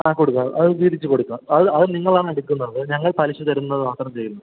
ആ കൊടുക്കാം അത് തിരിച്ച് കൊടുക്കാം അത് അത് നിങ്ങളാണ് എടുക്കുന്നത് ഞങ്ങൾ പലിശ തരുന്നത് മാത്രം ചെയ്യുന്നു